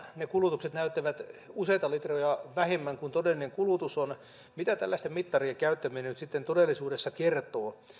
ne kulutukset näyttävät useita litroja vähemmän kuin todellinen kulutus on mitä tällaisten mittarien käyttäminen nyt sitten todellisuudessa kertoo